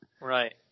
Right